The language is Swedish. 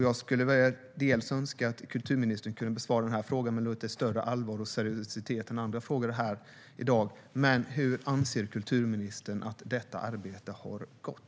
Jag skulle önska att kulturministern kunde besvara den här frågan med lite större allvar och seriositet än andra frågor här i dag. Hur anser kulturministern att detta arbete har gått?